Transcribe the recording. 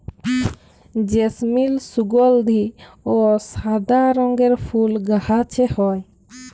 জেসমিল সুগলধি অ সাদা রঙের ফুল গাহাছে হয়